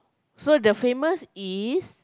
so the famous is